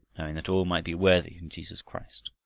knowing that all might be worthy in jesus christ.